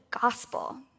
gospel